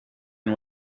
and